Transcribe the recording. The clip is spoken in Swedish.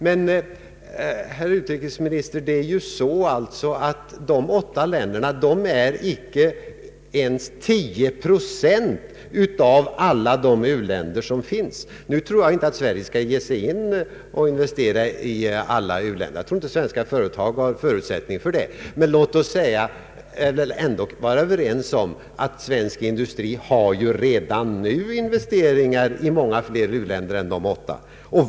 Men, herr utrikesminister, det är på det sättet att dessa åtta länder inte ens utgör tio procent av alla de u-länder som finns. Jag tror inte att Sverige skall ge sig in på att investera i alla uländer. Svenska företag har, enligt min mening, inte förutsättningar för detta. Men låt oss ändå vara överens om att svensk industri redan nu har gjort investeringar i många fler u-länder än de åtta.